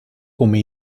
come